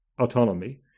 autonomy